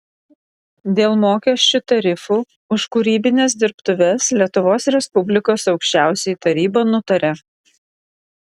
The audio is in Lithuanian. dėl mokesčių tarifų už kūrybines dirbtuves lietuvos respublikos aukščiausioji taryba nutaria